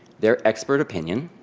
their expert opinion.